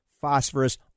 phosphorus